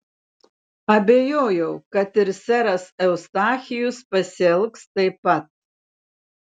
abejojau kad ir seras eustachijus pasielgs taip pat